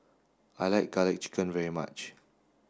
I like garlic chicken very much